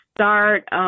start